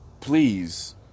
please